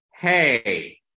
hey